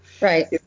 Right